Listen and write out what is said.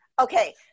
Okay